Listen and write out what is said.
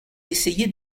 essayé